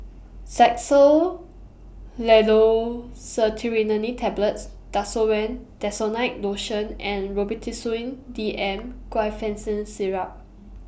Xyzal Levocetirizine Tablets Desowen Desonide Lotion and Robitussin D M Guaiphenesin Syrup